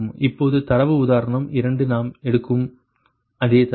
இப்போது தரவு உதாரணம் 2 நாம் எடுக்கும் அதே தரவு